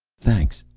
thanks.